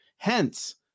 Hence